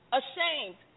ashamed